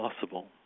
possible